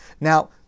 Now